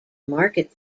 market